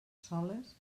soles